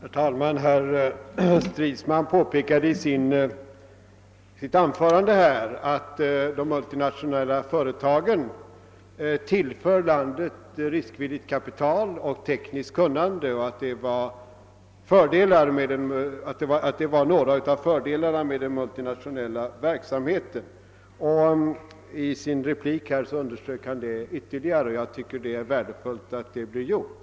Herr talman! Herr Stridsman påpekade i sitt anförande att de multinationella företagen tillför landet riskvilligt kapital och tekniskt kunnande. Han sade att detta var några av fördelarna med den multinationella verksamheten. I sin replik underströk han detta ytterligare. Jag tycker det är värdefullt att det blir sagt.